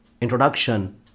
introduction